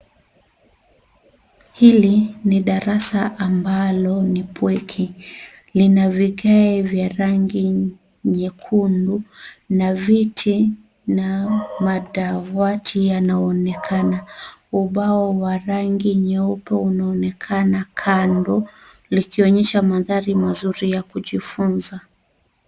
Hili ni darasa ambalo ni pweke, lina vigae ya rangi nyekundu na viti nao madawati yanaonekana. Ubao wa rangi nyeupe inaonekana kando, likionyesha mandhari mazuri yakujifunza.